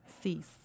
cease